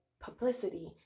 publicity